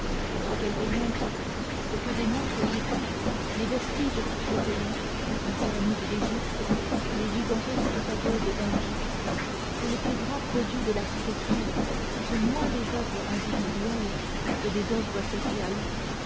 en ce qu'elles démontrent ce que démontrent aussi les vestiges cyclopéens les pyramides d'égypte les gigantesques pagodes hindoues que les plus grands produits de l'architecture sont moins des oeuvres individuelles que des oeuvres sociales